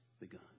begun